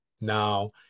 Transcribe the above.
now